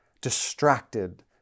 distracted